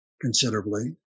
considerably